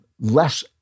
less